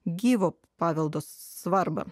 gyvo paveldo svarbą